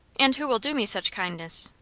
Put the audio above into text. and who will do me such kindness?